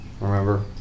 Remember